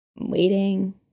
waiting